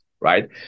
right